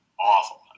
awful